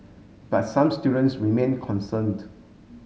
but some students remain concerned